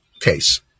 case